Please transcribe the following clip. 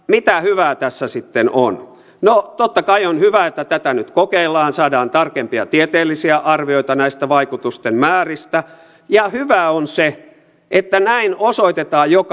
mitä hyvää tässä sitten on no totta kai on hyvä että tätä nyt kokeillaan saadaan tarkempia tieteellisiä arvioita näistä vaikutusten määristä ja hyvää on se että näin osoitetaan jokaiselle